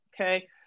okay